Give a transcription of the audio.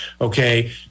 okay